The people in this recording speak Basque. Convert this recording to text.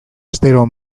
astero